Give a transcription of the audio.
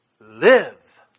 Live